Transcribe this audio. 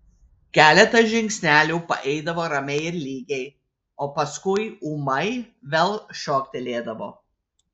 keletą žingsnelių paeidavo ramiai ir lygiai o paskui ūmai vėl šoktelėdavo